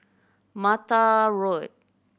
Mattar Road